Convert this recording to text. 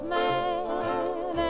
man